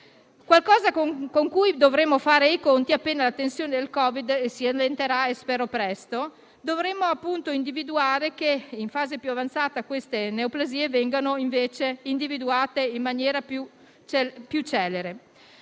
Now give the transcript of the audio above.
qualcosa con cui dovremo fare i conti appena la tensione del Covid si allenterà, ciò che spero avvenga presto. Dovremo allora fare in modo che in fase più avanzata queste neoplasie vengano individuate in maniera più celere.